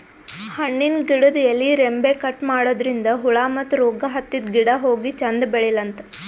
ಹಣ್ಣಿನ್ ಗಿಡದ್ ಎಲಿ ರೆಂಬೆ ಕಟ್ ಮಾಡದ್ರಿನ್ದ ಹುಳ ಮತ್ತ್ ರೋಗ್ ಹತ್ತಿದ್ ಗಿಡ ಹೋಗಿ ಚಂದ್ ಬೆಳಿಲಂತ್